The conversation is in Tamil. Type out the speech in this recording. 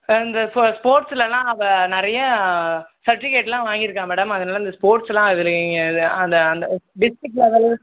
அந்த இப்போ ஸ்போர்ட்ஸ்லெலாம் அவள் நிறையா சர்ட்டிவிகேட்லெலாம் வாங்கியிருக்கா மேடம் அதனால் இந்த ஸ்போர்ட்ஸ்ஸெலாம் அது நீங்கள் இது அந்த அந்த டிஸ்ட்ரிக் லெவல்